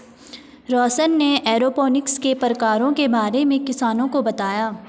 रौशन ने एरोपोनिक्स के प्रकारों के बारे में किसानों को बताया